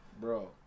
Bro